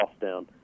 down